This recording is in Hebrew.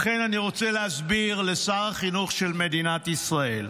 ובכן, אני רוצה להסביר לשר החינוך של מדינת ישראל: